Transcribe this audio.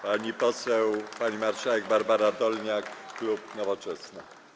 Pani poseł, pani marszałek Barbara Dolniak, klub Nowoczesna.